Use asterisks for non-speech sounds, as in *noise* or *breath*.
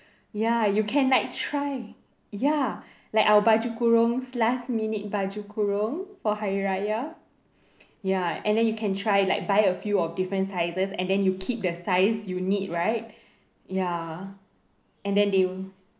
ya you can like try ya like our baju kurungs last minute baju kurung for hari raya *breath* ya and then you can try like buy a few of different sizes and then you keep the size you need right ya and then they will